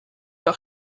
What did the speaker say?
par